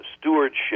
stewardship